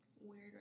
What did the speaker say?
weird